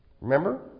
Remember